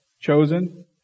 chosen